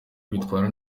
bitwara